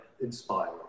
inspired